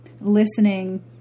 listening